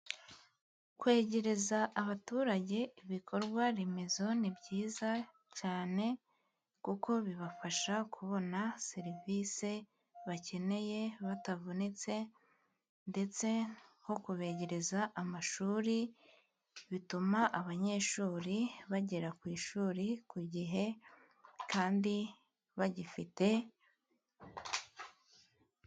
Kwegereza abaturage ibikorwaremezo, ni byizayiza cyane kuko bibafasha kubona serivisi bakeneye batabovunitse, ndetse nko kubegereza amashuri, bituma abanyeshuri bagera ku ishuri, ku gihe kandi bagifite.